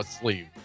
sleeve